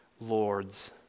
lords